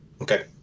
Okay